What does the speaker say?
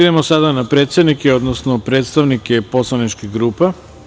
Idemo sada na predsednike, odnosno predstavnike poslaničkih grupa.